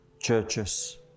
churches